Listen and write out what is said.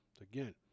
Again